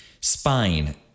spine